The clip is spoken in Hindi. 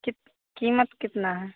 कित कीमत कितना है